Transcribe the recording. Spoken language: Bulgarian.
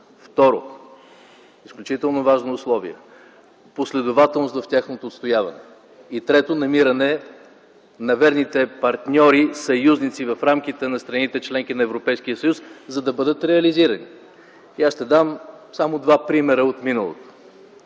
Второ, изключително важно условие – последователност в тяхното отстояване. И трето, намиране на верните партньори, съюзници в рамките на страните – членки на Европейския съюз, за да бъдат реализирани. Ще дам само два примера от миналото.